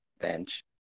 bench